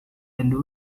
and